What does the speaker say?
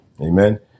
Amen